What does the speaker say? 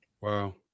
wow